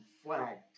flag